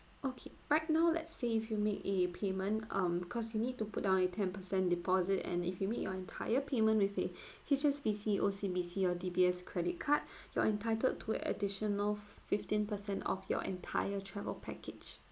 okay right now let's say if you make a payment um cause you need to put down a ten percent deposit and if you make your entire payment with a H_S_B_C O_C_B_C or D_B_S credit card you're entitled to an additional fifteen percent off your entire travel package